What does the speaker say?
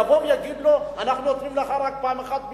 יבואו ויגידו לו: אנחנו נותנים לך רק פעם אחת בלבד?